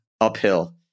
uphill